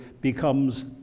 becomes